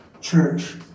church